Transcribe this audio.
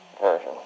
version